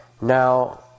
Now